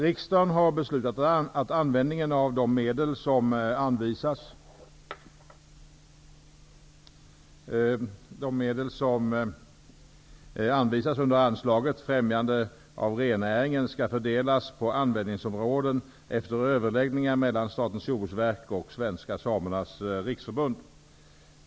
Riksdagen har beslutat att användningen av de medel som anvisas under anslaget Främjande av rennäringen skall fördelas på användningsområden efter överläggningar mellan Statens jordbruksverk och Svenska samernas riksförbund.